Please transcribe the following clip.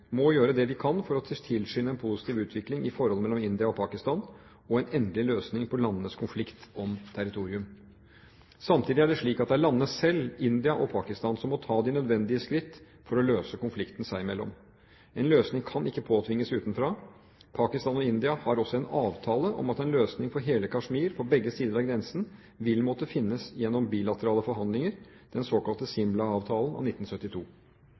må gjøre det vi kan for å tilskynde en positiv utvikling i forholdet mellom India og Pakistan og en endelig løsning på landenes konflikt om territorium. Samtidig er det slik at det er landene selv, India og Pakistan, som må ta de nødvendige skritt for å løse konflikten seg imellom. En løsning kan ikke påtvinges utenfra. Pakistan og India har også en avtale om at en løsning for hele Kashmir – på begge sider av grensen – vil måtte finnes gjennom bilaterale forhandlinger, den såkalte Simla-avtalen av 1972.